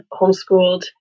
homeschooled